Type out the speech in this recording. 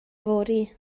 fory